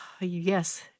Yes